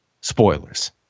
spoilers